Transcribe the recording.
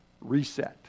Reset